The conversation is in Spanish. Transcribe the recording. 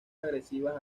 agresivas